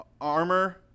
armor